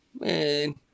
man